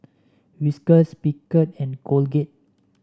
Whiskas Picard and Colgate